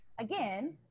Again